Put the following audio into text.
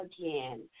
again